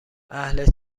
اهل